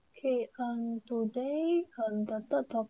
K mm today um the third